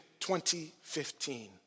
2015